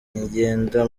igenda